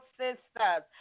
sisters